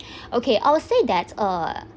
okay I'll say that uh